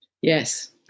Yes